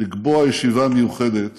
לקבוע ישיבה מיוחדת